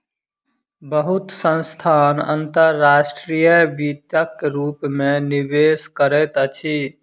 बहुत संस्थान अंतर्राष्ट्रीय वित्तक रूप में निवेश करैत अछि